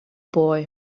boy